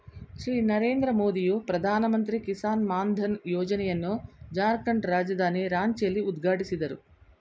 ಶ್ರೀ ನರೇಂದ್ರ ಮೋದಿಯು ಪ್ರಧಾನಮಂತ್ರಿ ಕಿಸಾನ್ ಮಾನ್ ಧನ್ ಯೋಜನೆಯನ್ನು ಜಾರ್ಖಂಡ್ ರಾಜಧಾನಿ ರಾಂಚಿಯಲ್ಲಿ ಉದ್ಘಾಟಿಸಿದರು